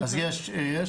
אז יש.